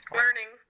learning